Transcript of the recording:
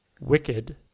wicked